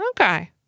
Okay